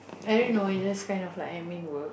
i don't know it just kind of like admin work